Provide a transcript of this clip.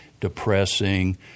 depressing